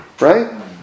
right